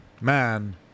Man